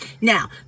Now